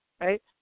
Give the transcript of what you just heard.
right